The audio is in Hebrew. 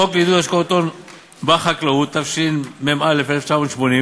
וחוק לעידוד השקעות הון בחקלאות, התשמ"א 1980,